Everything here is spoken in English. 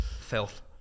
Filth